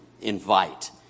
invite